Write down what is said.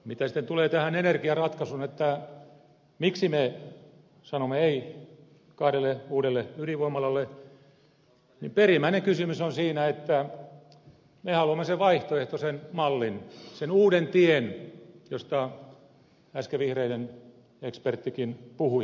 mitä sitten tulee tähän energiaratkaisuun miksi me sanomme ei kahdelle uudelle ydinvoimalalle perimmäinen kysymys on siinä että me haluamme sen vaihtoehtoisen mallin sen uuden tien josta äsken vihreiden eksperttikin puhui